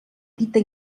dita